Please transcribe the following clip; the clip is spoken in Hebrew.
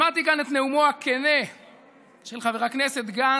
שמעתי כאן את נאומו הכן של חבר הכנסת גנץ,